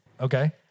Okay